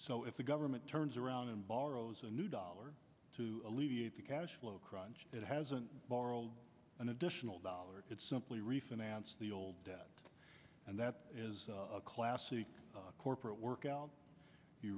so if the government turns around and borrows a new dollar to alleviate the cash flow crunch it hasn't borrowed an additional dollar it's simply refinance the old debt and that is a classic corporate workout you